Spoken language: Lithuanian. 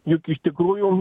juk iš tikrųjų